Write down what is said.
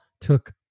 took